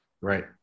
right